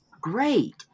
Great